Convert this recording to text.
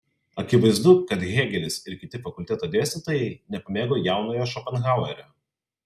akivaizdu kad hėgelis ir kiti fakulteto dėstytojai nepamėgo jaunojo šopenhauerio